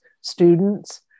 students